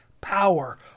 power